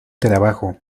trabajo